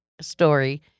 story